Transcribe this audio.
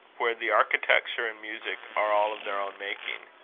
where the architecture and music are all of their own making,